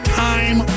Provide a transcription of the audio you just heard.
time